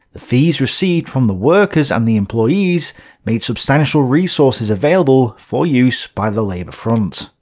the fees received from the workers and the employees made substantial resources available for use by the labor front.